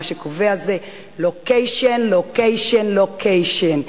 מה שקובע זה "לוקיישן, לוקיישן, לוקיישן".